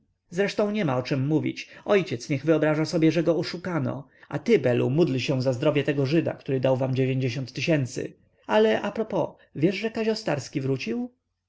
zresztą niema o czem mówić ojciec niech wyobraża sobie że go oszukano a ty belu módl się za zdrowie tego żyda który dał wam tysięcy ale propos wiesz że kazio starski wrócił